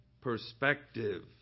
perspective